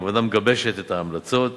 הוועדה מגבשת את ההמלצות